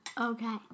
Okay